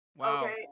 Okay